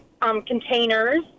containers